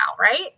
right